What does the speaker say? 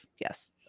Yes